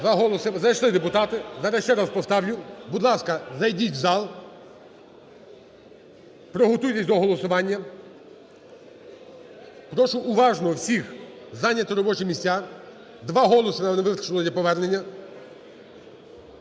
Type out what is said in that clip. Зайшли депутати. Зараз ще раз поставлю. Будь ласка, зайдіть в зал, приготуйтесь до голосування. Прошу уважно всіх зайняти робочі місця. Два голоси нам не вистачило до повернення.